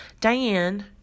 Diane